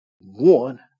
one